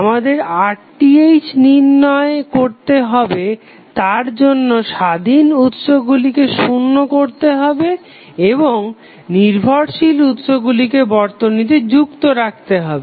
আমাদের RTh নির্ণয় করতে হবে তারজন্য স্বাধীন উৎসগুলিকে শুন্য করতে হবে এবং নির্ভরশীল উৎসগুলিকে বর্তনীতে যুক্ত রাখতে হবে